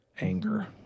anger